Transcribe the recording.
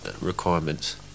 requirements